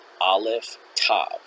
Aleph-Tav